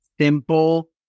simple